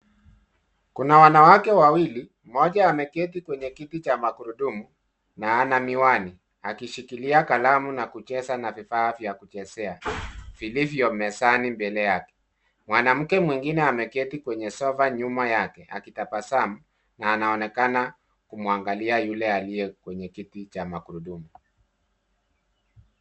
Kuna wanawake wawili, mmoja ameketi kwenye kiti cha magurudumu, na ana miwani, akishikila kalamu na kucheza na vifaa vya kuchezea, vilivyo mezani mbele yake. Mwanamke mwingine ameketi kwenye sofa nyuma yake akitabasamu, na anaonekana kumwangali yule aliye kwenye kiti cha magurudumu.